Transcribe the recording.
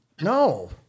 No